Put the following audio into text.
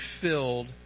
filled